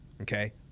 Okay